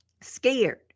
scared